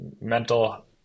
mental